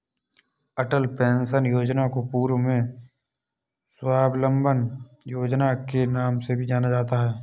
अटल pension Yojana को पूर्व में स्वाबलंबन योजना के नाम से भी जाना जाता था